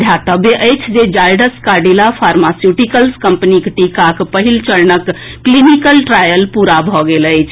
ध्यातव्य अछि जे जायडस काडिला फार्मास्यूटिकल्स कंपनीक टीकाक पहिल चरणक क्लीनिकल ट्रायल पूरा भऽ गेल अछि